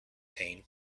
pain